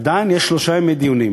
עדיין יש שלושה ימי דיונים,